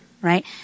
right